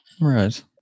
Right